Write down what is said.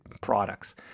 products